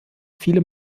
viele